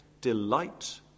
delight